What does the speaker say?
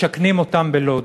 משכנים אותם בלוד.